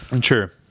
Sure